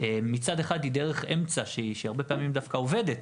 מצד אחד, היא דרך אמצע שהרבה פעמים עובדת,